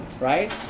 right